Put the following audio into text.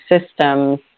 systems